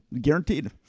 Guaranteed